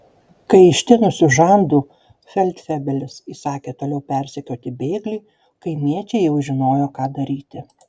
kai ištinusiu žandu feldfebelis įsakė toliau persekioti bėglį kaimiečiai jau žinojo ką daryti